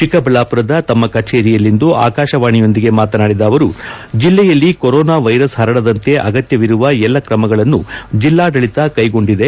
ಚಿಕ್ಕಬಳ್ಳಾಪುರದ ತಮ್ಮ ಕಚೇರಿಯಲ್ಲಿಂದು ಆಕಾಶವಾಣಿಯೊಂದಿಗೆ ಮಾತನಾಡಿದ ಅವರು ಜಿಲ್ಲೆಯಲ್ಲಿ ಕೊರೊನಾ ವೈರಸ್ ಹರಡದಂತೆ ಅಗತ್ಯವಿರುವ ಎಲ್ಲಾ ಕ್ರಮಗಳನ್ನು ಜಿಲ್ಲಾಡಳಿತ ಕೈಗೊಂಡಿದೆ